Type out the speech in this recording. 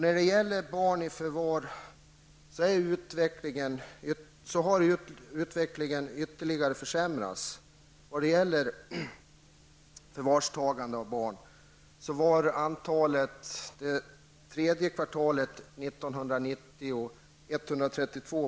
När det gäller barn i förvar har utvecklingen ytterligare försämrats. Antalet barn i förvar var under tredje kvartalet 1990 132.